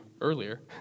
earlier